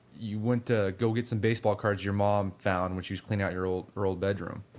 you went to go get some baseball cards your mom found when she was cleaning out your old your old bedroom?